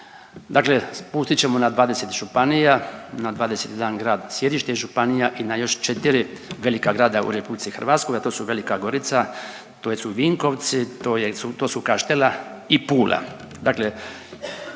Dakle, spustit ćemo n a 20 županija, na 21 grad sjedište županija i na još 4 velika grada u Republici Hrvatskoj, a to su Velika Gorica, to su Vinkovci, to su Kaštela i Pula.